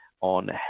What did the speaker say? on